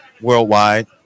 worldwide